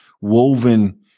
woven